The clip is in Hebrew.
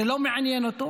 זה לא מעניין אותו.